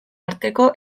arteko